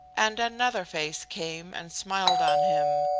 and another face came and smiled on him.